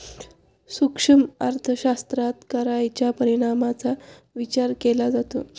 सूक्ष्म अर्थशास्त्रात कराच्या परिणामांचा विचार केला जातो